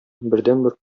бердәнбер